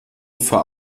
ufer